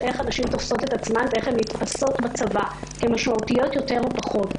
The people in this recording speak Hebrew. איך נשים תופסות את עצמן ואיך הן נתפסות בצבא כמשמעותיות יותר או פחות.